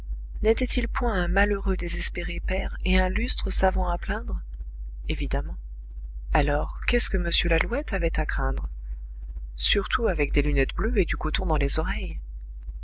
n'était-il point un malheureux désespéré père et un illustre savant à plaindre évidemment alors qu'est-ce que m lalouette avait à craindre surtout avec des lunettes bleues et du coton dans les oreilles